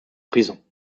prison